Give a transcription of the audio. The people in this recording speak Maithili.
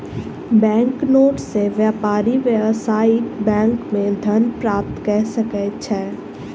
बैंक नोट सॅ व्यापारी व्यावसायिक बैंक मे धन प्राप्त कय सकै छै